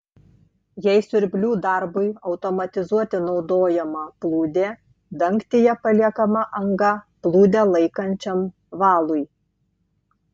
jei siurblių darbui automatizuoti naudojama plūdė dangtyje paliekama anga plūdę laikančiam valui